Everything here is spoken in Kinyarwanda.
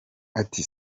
ati